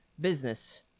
business